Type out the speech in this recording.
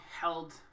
held